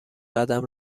قدم